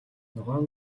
ногоон